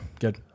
good